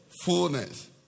fullness